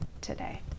today